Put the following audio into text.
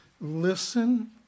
Listen